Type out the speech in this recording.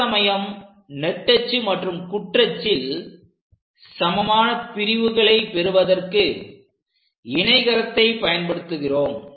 சில சமயம் நெட்டச்சு மற்றும் குற்றச்சில் சமான பிரிவுகளை பெறுவதற்கு இணைகரத்தை பயன்படுத்துகிறோம்